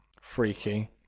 Freaky